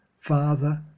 Father